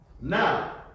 now